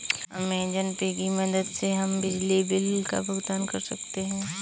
Amazon Pay की मदद से हम बिजली बिल का भुगतान कर सकते हैं